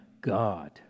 God